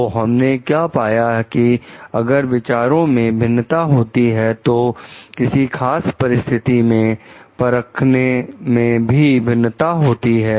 तो हमने क्या पाया कि अगर विचारों में भिन्नता होती है तो किसी खास परिस्थिति को परखने में भी भिन्नता होती है